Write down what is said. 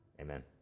amen